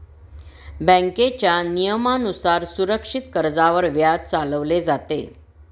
बँकेच्या नियमानुसार सुरक्षित कर्जावर व्याज चालवले जाते